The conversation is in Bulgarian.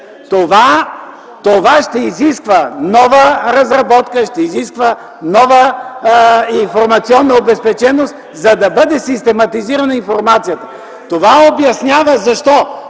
Това ще изисква нова разработка, ще изисква нова информационна обезпеченост, за да бъде систематизирана информацията. (Реплики от